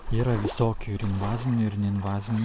yra visokių ir invazinių ir neinvazinių